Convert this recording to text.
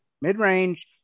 mid-range